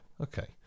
Okay